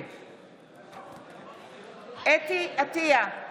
נגד חוה אתי עטייה,